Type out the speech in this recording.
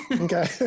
Okay